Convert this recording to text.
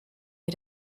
had